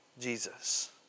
Jesus